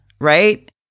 Right